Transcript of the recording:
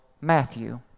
Matthew